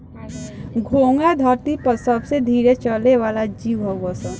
घोंघा धरती पर सबसे धीरे चले वाला जीव हऊन सन